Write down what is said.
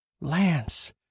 Lance